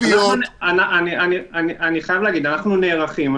אני חייב להגיד שאנחנו נערכים,